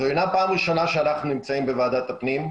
זו אינה פעם ראשונה שאנחנו נמצאים בוועדת הפנים,